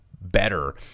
better